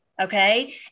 okay